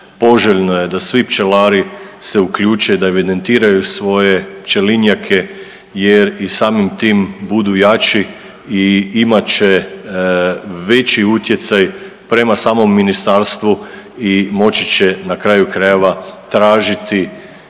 poželjno je da svi pčelari se uključe i da evidentiraju svoje pčelinjake jer i samim tim budu jači i imat će veći utjecaj prema samom ministarstvu i moći će na kraju krajeva tražiti